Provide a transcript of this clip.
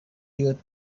you